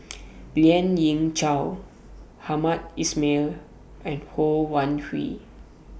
Lien Ying Chow Hamed Ismail and Ho Wan Hui